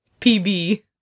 pb